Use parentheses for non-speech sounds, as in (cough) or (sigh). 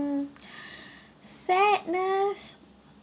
mm (breath) sadness